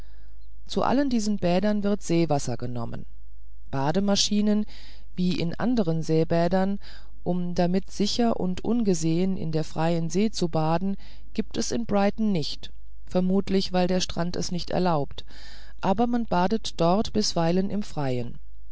zu allen diesen bädern wird seewasser genommen bademaschinen wie in anderen seebädern um damit sicher und ungesehen in der freien see zu baden gibt es in brighton nicht vermutlich weil der strand es nicht erlaubt aber man badet doch bisweilen im freien